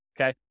Okay